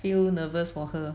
feel nervous for her